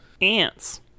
ants